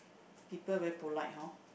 people very polite hor